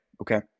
Okay